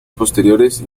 posteriores